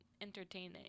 entertaining